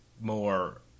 more